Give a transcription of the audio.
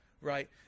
right